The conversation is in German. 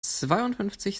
zweiundfünfzig